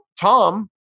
Tom